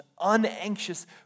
unanxious